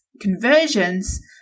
conversions